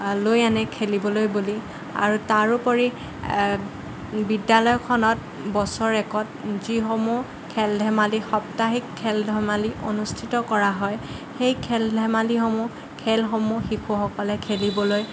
লৈ আনে খেলিবলৈ বুলি আৰু তাৰ উপৰি বিদ্যালয়খনত বছৰেকত যিসমূহ খেল ধেমালি সাপ্তাহিক খেল ধেমালি অনুষ্ঠিত কৰা হয় সেই খেল ধেমালিসমূহ খেলসমূহ শিশুসকলে খেলিবলৈ